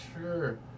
sure